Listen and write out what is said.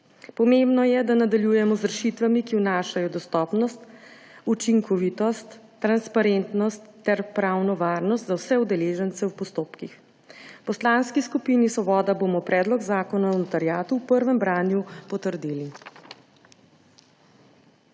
Pomembno je, da nadaljujemo z rešitvami, ki vnašajo dostopnost, učinkovitost, transparentnost ter pravno varnost za vse udeležence v postopkih. V Poslanski skupini Svoboda bomo predlog zakona o notariatu v prvem branju potrdili.